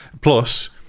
plus